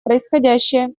происходящее